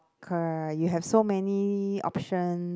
correct you have so many option